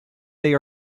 they